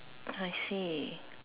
I see